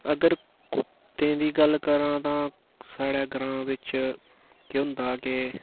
अगर कुत्ते दी गल्ल करांऽ तां साढ़े ग्रांऽ बिच केह् होंदा के